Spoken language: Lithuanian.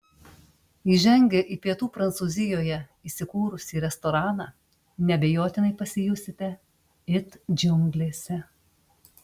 įžengę į pietų prancūzijoje įsikūrusį restoraną neabejotinai pasijusite it džiunglėse